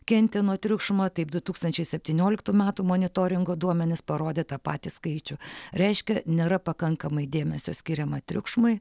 kentė nuo triukšmo taip du tūkstančiai septynioliktų metų monitoringo duomenys parodė tą patį skaičių reiškia nėra pakankamai dėmesio skiriama triukšmui